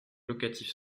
locatif